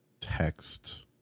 text